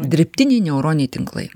dirbtiniai neuroniniai tinklai